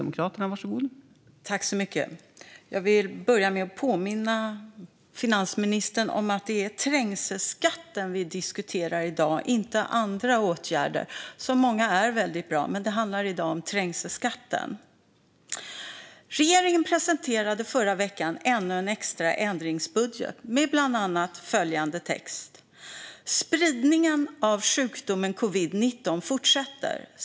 Fru talman! Jag vill börja med att påminna finansministern om att det är trängselskatten som vi diskuterar i dag och inte andra åtgärder. Många av dem är väldigt bra, men det är trängselskatten det handlar om i dag. Regeringen presenterade förra veckan ännu en extra ändringsbudget med bland annat följande text: Spridningen av sjukdomen covid-19 fortsätter.